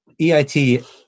EIT